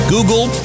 Google